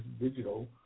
digital